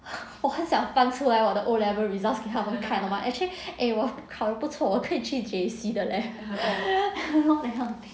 我很想翻出来我的 O level results 给他们看 but actually eh 我考得不错可以去 J_C 的 leh what the hell